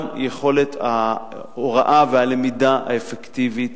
גם יכולות ההוראה והלמידה האפקטיבית